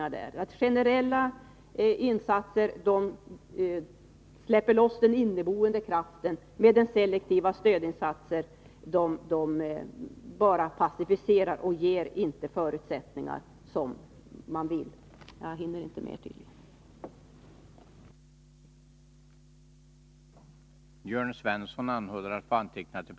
Christer Eirefelt menar att generella insatser släpper loss den inneboende kraften, medan selektiva stödinsatser bara passiviserar och inte ger de förutsättningar som man vill ha. Jag hinner inte säga mer i den här repliken.